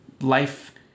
life